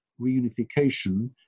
reunification